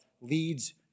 leads